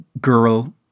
girl